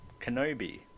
kenobi